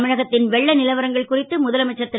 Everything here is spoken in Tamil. தமிழகத் ன் வெள்ள லவரங்கள் குறித்து முதலமைச்சர் ரு